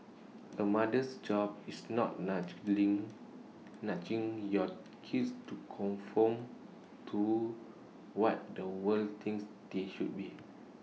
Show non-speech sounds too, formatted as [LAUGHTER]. A mother's job is not [UNINTELLIGIBLE] nudging your kids to conform to what the world thinks they should be